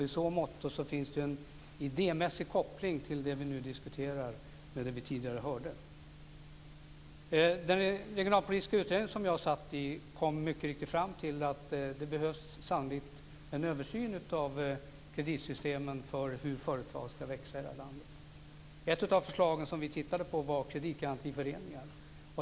I så måtto finns det en idémässig koppling mellan det vi nu diskuterar och det vi tidigare hörde. Den regionalpolitiska utredning som jag satt i kom mycket riktigt fram till att det sannolikt behövs en översyn av kreditsystemen när det gäller hur företagen ska växa i vårt land. Ett av förslagen som vi tittade närmare på var kreditgarantiföreningar.